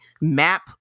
map